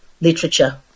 literature